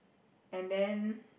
and then